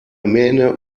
mähne